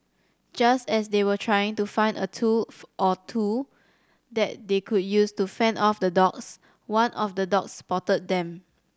just as they were trying to find a tool or two that they could use to fend off the dogs one of the dogs spotted them